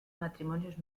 matrimonios